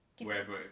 wherever